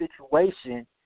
situation